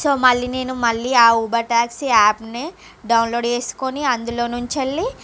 so మళ్ళీ నేను మళ్ళీ ఆ ఊబర్ టాక్సీ యాప్ ని డౌన్లోడ్ చేసుకొని అందులో నుంచి వెళ్ళి